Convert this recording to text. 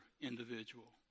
individual